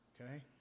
okay